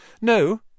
No